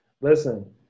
Listen